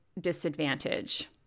disadvantage